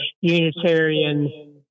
Unitarian